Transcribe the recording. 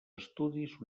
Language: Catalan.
estudis